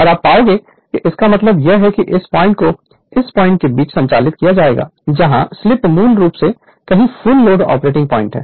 और पाओगे इसका मतलब यह है कि इस पॉइंट को इस पॉइंट के बीच संचालित किया जाएगा जहां स्लीप मूल्य कहीं फुल लोड ऑपरेटिंग पॉइंट है